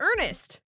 Ernest